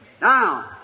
Now